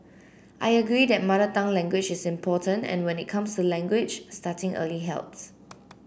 I agree that mother tongue language is important and when it comes to language starting early helps